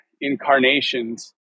incarnations